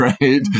right